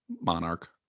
Monarch